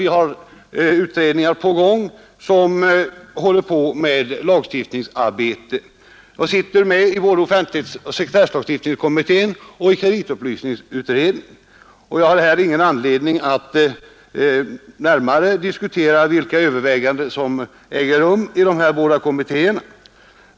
Vi har utredningar på gång som häller på med lagstiftningsarbete. Jag sitter med i både offentlighetsoch sekretesslagstiftningskommittén och kreditupplysningsutredningen. och jag har ingen anledning att här närmare diskutera vilka överväganden som åger rum i de här båda kommittderna.